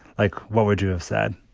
like, what would you have said?